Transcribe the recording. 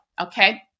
okay